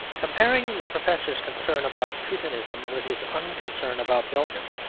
comparing the professor's concern about teutonism with his unconcern about belgium,